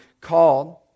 called